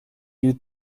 you